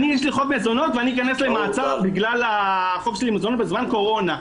יש לי חוב מזונות ואכנס למעצר בגלל החוב שלי בזמן קורונה.